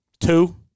Two